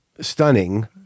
stunning